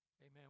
Amen